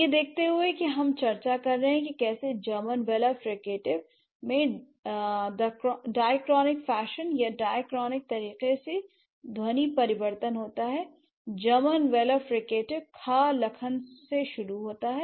यह देखते हुए कि हम चर्चा कर रहे हैं कि कैसे जर्मन वेलर फ्रिकटिव में दक्रॉनिक फैशन या डाईक्रॉनिक तरीके से ध्वनि परिवर्तन होता है जर्मन वेलर फ्रिकटिव ख लखन से शुरू होता है